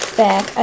back